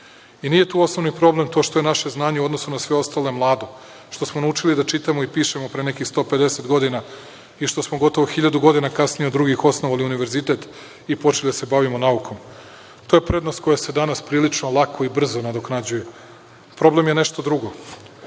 Nije tu osnovni problem to što je naše znanje u odnosu na sve ostale mlado, što smo naučili da čitamo i pišemo pre nekih 150 godina i što smo gotovo 1000 godina kasnije od drugih osnovali univerzitet i počeli da se bavimo naukom. To je prednost koja se danas prilično lako i brzo nadoknađuje. Problem je nešto drugo.